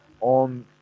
on